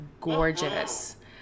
gorgeous